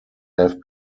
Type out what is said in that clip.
have